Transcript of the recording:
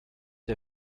der